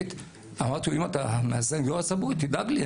אמרתי לו: אם אתה מהסנגוריה הציבורית תדאג לי,